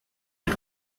had